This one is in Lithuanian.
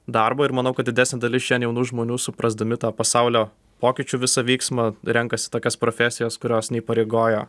darbo ir manau kad didesnė dalis šiandien jaunų žmonių suprasdami tą pasaulio pokyčių visą vyksmą renkasi tokias profesijas kurios neįpareigoja